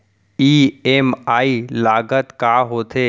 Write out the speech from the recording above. EMI लागत का होथे?